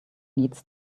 needs